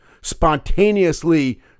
spontaneously